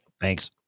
Thanks